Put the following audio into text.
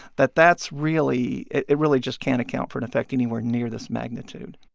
that that's really it it really just can't account for an effect anywhere near this magnitude